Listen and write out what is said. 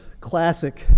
classic